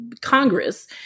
Congress